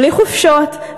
בלי חופשות,